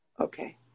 Okay